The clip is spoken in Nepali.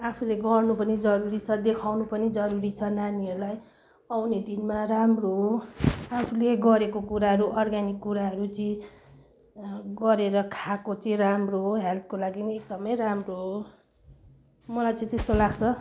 आफूले गर्नु पनि जरुरी छ देखाउनु पनि जरुरी छ नानीहरूलाई आउने दिनमा राम्रो आफूले गरेको कुराहरू अर्ग्यानिक कुराहरू चाहिँ गरेर खाएको चाहिँ राम्रो हो हेल्थको लागि पनि एकदमै राम्रो हो मलाई चाहिँ त्यस्तो लाग्छ